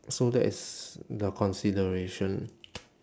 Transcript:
so that is the consideration